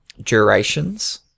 durations